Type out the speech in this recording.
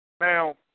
Now